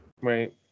Right